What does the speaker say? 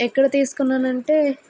ఎక్కడ తీసుకున్నానంటే